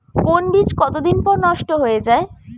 কোন বীজ কতদিন পর নষ্ট হয়ে য়ায়?